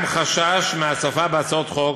יש חשש מהצפה בהצעות חוק